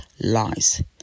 lies